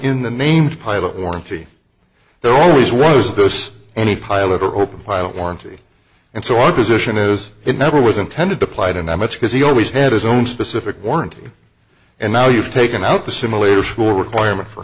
in the named pilot warranty there always was those any pilot or open pilot warranty and so our position is it never was intended to plight and i'm it's because he always had his own specific warranty and now you've taken out the simulator school requirement for